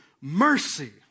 mercy